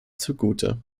zugute